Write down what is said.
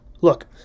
look